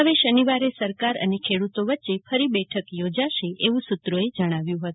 હવે શનિવારે સરકાર અને ખેડૂતો વચ્ચે ફરી બેઠક યોજાશે તેવું સુત્રોએ જણાવ્યું છે